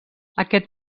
aquest